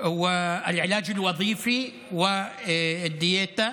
ריפוי בעיסוק ותזונה.